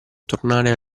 tornare